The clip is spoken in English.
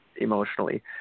emotionally